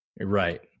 Right